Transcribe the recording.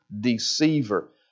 deceiver